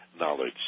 knowledge